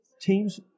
teams